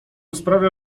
sprawia